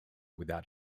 without